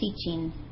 teaching